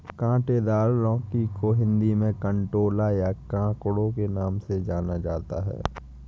काँटेदार लौकी को हिंदी में कंटोला या ककोड़ा के नाम से भी जाना जाता है